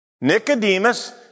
Nicodemus